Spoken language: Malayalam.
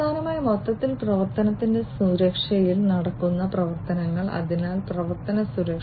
അവസാനമായി മൊത്തത്തിൽ പ്രവർത്തനത്തിന്റെ സുരക്ഷയിൽ നടക്കുന്ന പ്രവർത്തനങ്ങൾ അതിനാൽ പ്രവർത്തന സുരക്ഷ